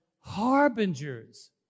harbingers